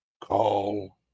call